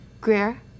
Greer